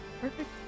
perfect